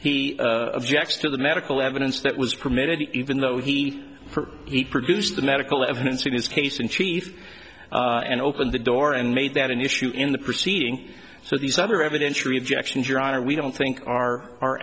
he objects to the medical evidence that was permitted even though he he produced the medical evidence in his case in chief and opened the door and made that an issue in the proceeding so these other evidence rejections your honor we don't think our our